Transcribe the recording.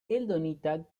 eldonita